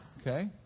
okay